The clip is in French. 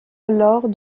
alors